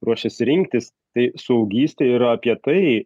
ruošėsi rinktis tai suaugystė yra apie tai